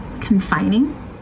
confining